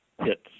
hits